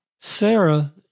Sarah